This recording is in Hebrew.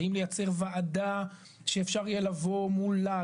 האם לייצר וועדה שאפשר יהיה לבוא מולה.